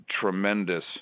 tremendous